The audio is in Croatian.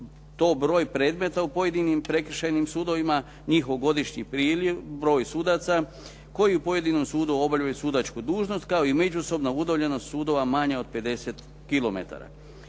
to broj predmeta u pojedinim prekršajnim sudovima, njihov godišnji priliv, broj sudaca koji u pojedinom sudu obavljaju sudačku dužnost, kao i međusobna udaljenost sudova manje od 50